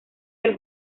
del